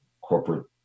corporate